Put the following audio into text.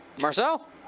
Marcel